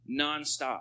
nonstop